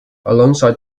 alongside